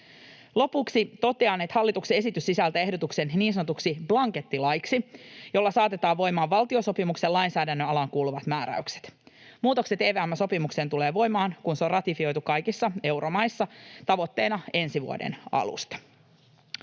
Lopuksi totean, että hallituksen esitys sisältää ehdotuksen niin sanotuksi blankettilaiksi, jolla saatetaan voimaan valtiosopimuksen lainsäädännön alaan kuuluvat määräykset. Muutokset EVM:n sopimukseen tulevat voimaan, kun se on ratifioitu kaikissa euromaissa — tavoitteena on, että ensi vuoden alusta.